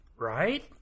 right